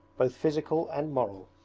both physical and moral.